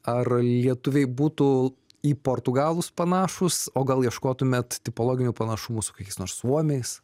ar lietuviai būtų į portugalus panašūs o gal ieškotumėt tipologinių panašumų su kokiais nors suomiais